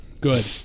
Good